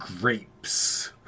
Grapes